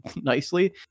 nicely